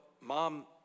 mom